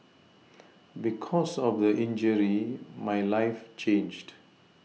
because of the injury my life changed